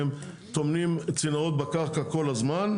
כי הם טומנים צינורות בקרקע כל הזמן.